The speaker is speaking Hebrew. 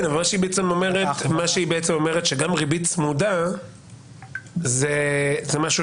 היא בעצם אומרת שגם ריבית צמודה זה משהו